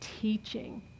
teaching